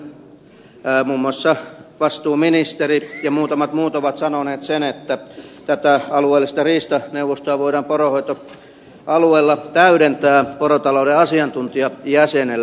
jäljemmin muun muassa vastuuministeri ja muutamat muut ovat sanoneet sen että tätä alueellista riistaneuvostoa voidaan poronhoitoalueella täydentää porotalouden asiantuntijajäsenellä